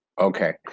Okay